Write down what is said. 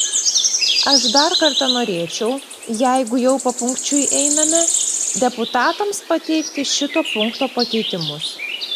aš dar kartą norėčiau jeigu jau papunkčiui einame deputatams pateikti šito punkto pakeitimus